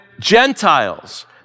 Gentiles